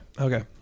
Okay